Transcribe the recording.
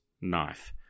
knife